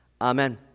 Amen